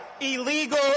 illegal